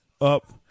up